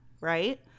right